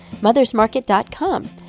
mothersmarket.com